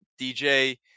dj